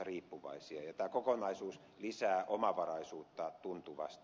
tämä kokonaisuus lisää omavaraisuutta tuntuvasti